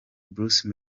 bruce